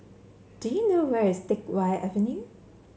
do you know where is Teck Whye Avenue